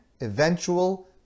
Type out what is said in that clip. eventual